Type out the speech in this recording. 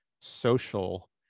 social